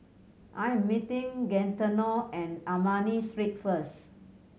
I am meeting Gaetano and Ernani Street first